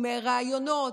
עם ראיונות,